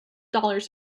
dollars